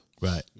Right